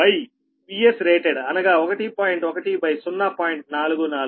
1 KV by Vs rated అనగా 1